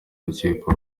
rukiko